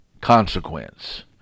consequence